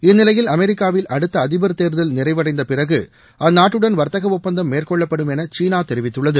இந்நிலையில் அமெரிக்காவில் அடுத்த அதிபர் தேர்தல் நிறைவடைந்த பிறகு அந்நாட்டுடன் வர்த்தக ஒப்பந்தம் மேற்கொள்ளப்படும் என சீனா தெரிவித்துள்ளது